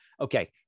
Okay